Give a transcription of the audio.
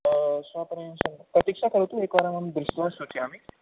स्वपणे प्रतीक्षा करोतु एकवारम् अहं दृष्ट्वा सूचयामि